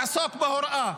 לעסוק בהוראה.